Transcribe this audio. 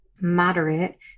moderate